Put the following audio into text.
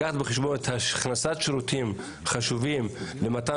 לקחת בחשבון הכנסת שירותים חשובים ומתן